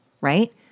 right